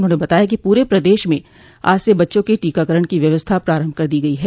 उन्होंने बताया कि पूरे प्रदेश में आज से बच्चों के टीकाकरण की व्यवस्था प्रारम्भ कर दी गयी है